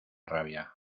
rabia